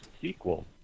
sequel